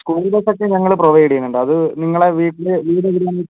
school bus ഒക്കെ നമ്മള് provide ചെയ്യുന്നുണ്ട് അത് നിങ്ങളുടെ വീട് വീട് എവിടെയാണ്